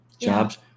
jobs